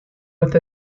with